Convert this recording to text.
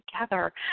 together